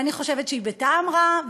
ואני חושבת שהיא בטעם רע,